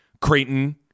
Creighton